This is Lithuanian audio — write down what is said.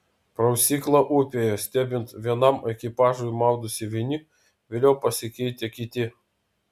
prausykla upėje stebint vienam ekipažui maudosi vieni vėliau pasikeitę kiti